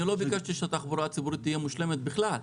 אני לא ביקשתי שהתחבורה הציבורית תהיה מושלמת בכלל.